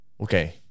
Okay